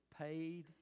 paid